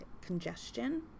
congestion